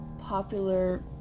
popular